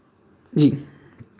जी